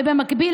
ובמקביל,